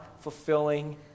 fulfilling